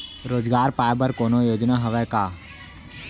रोजगार पाए बर कोनो योजना हवय का?